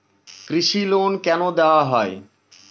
কৃষি লোন কেন দেওয়া হয়?